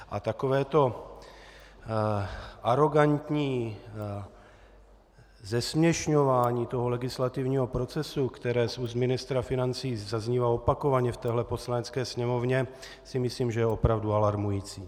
A takové to arogantní zesměšňování legislativního procesu, které z úst ministra financí zaznívá opakovaně v téhle Poslanecké sněmovně, si myslím, že je opravdu alarmující.